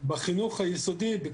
של קבוצת טיפוח מסוימת התקצוב